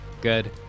Good